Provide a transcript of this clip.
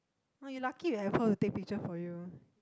oh you lucky you have pro to take picture for you